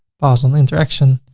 pause and interaction.